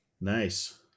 Nice